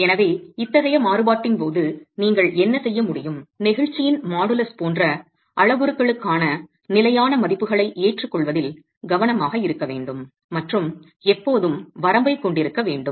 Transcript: எனவே இத்தகைய மாறுபாட்டின் போது நீங்கள் என்ன செய்ய முடியும் நெகிழ்ச்சியின் மாடுலஸ் போன்ற அளவுருக்களுக்கான நிலையான மதிப்புகளை ஏற்றுக்கொள்வதில் கவனமாக இருக்க வேண்டும் மற்றும் எப்போதும் வரம்பைக் கொண்டிருக்க வேண்டும்